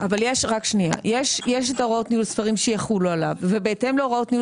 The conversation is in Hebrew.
יש את הוראות ניהול ספרים שיחולו עליו ובהתאם להוראות ניהול